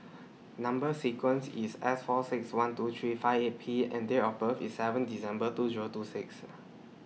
Number sequence IS S four six one two three five eight P and Date of birth IS seven December two Zero two six